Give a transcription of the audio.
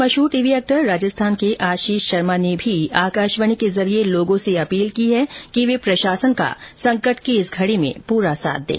मशहूर TV actor Rajasthan के आशीष शर्मा ने भी आकाशवाणी के जरिये लोगों से अपील की है कि वे प्रशासन का संकट की इस घड़ी में पूरा साथ दें